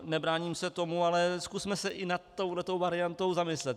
Nebráním se tomu, ale zkusme se i nad touto variantou zamyslet.